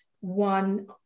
one